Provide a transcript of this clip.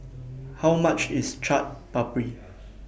How much IS Chaat Papri